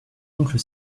oncle